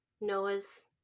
Noah's